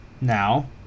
Now